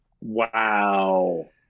Wow